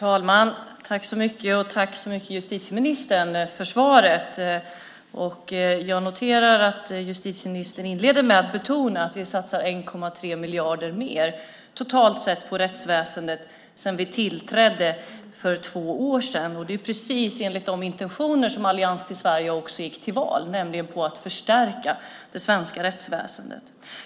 Herr talman! Tack, justitieministern, för svaret! Jag noterar att justitieministern inleder med att betona att vi satsar 1,3 miljarder mer totalt på rättsväsendet sedan vi tillträdde för två år sedan. Det är precis enligt de intentioner som Allians för Sverige gick till val med, nämligen att förstärka det svenska rättsväsendet.